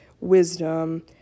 wisdom